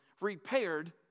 repaired